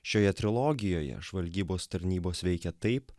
šioje trilogijoje žvalgybos tarnybos veikia taip